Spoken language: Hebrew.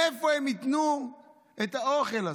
מאיפה הם יקנו את האוכל הזה?